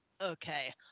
okay